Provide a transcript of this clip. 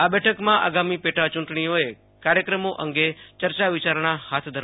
આ બેઠકમાં આગામી પેટા યૂંટણીઓએ કાર્યક્રમો અંગે ચર્ચા વિચારણા હાથ ધરવામાં આવશે